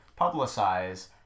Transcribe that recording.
publicize